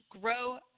grow